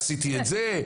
עשיתי את זה?